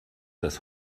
das